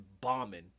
bombing